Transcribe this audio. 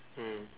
mm